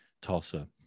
Tulsa